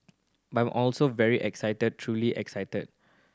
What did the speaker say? but I'm also very excited truly excited